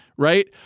right